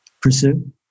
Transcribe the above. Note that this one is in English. pursue